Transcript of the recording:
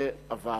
על-ידי הוועדה.